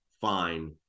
fine